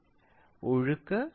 സമയം സെക്കൻഡ് 3